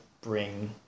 bring